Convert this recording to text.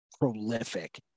prolific